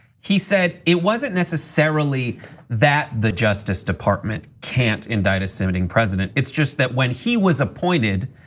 he said, it wasn't necessarily that the justice department can't indict a sitting president. it's just that when he was appointed,